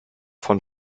von